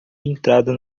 entrado